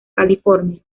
california